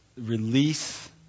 release